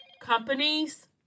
companies